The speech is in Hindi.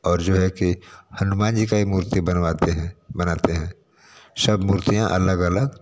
और जो है कि हनुमान जी का भी मूर्ति बनवाते हैं बनाते हैं सब मूर्तियाँ अलग अलग